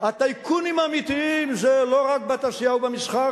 הטייקונים האמיתיים זה לא רק בתעשייה ובמסחר,